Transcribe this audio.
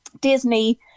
Disney